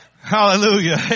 Hallelujah